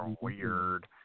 weird